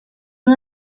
una